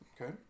Okay